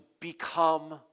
become